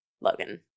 Logan